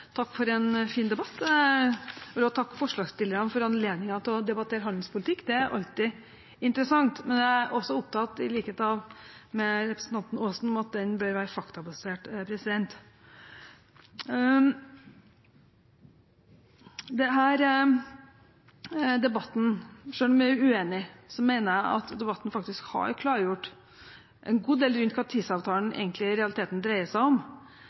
for en fin debatt. Jeg vil også takke forslagsstillerne for anledningen til å debattere handelspolitikk. Det er alltid interessant. Men jeg er også opptatt av, i likhet med representanten Aasen, at debatten bør være faktabasert. Selv om jeg er uenig, mener jeg at denne debatten faktisk har klargjort en god del rundt hva TISA-avtalen i realiteten dreier seg om.